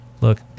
Look